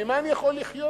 ממה אני יכול לחיות?